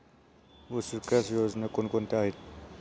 ऊसविकास योजना कोण कोणत्या आहेत?